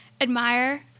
admire